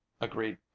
agreed